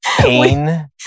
pain